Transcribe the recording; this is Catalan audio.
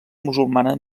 musulmana